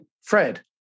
Fred